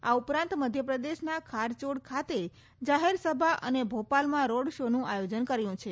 આ ઉપરાંત મધ્યપ્રદેશના ખારચોડ ખાતે જાહેરસભા અને ભોપાલમાં રોડ શોનું આયોજન કર્યું છે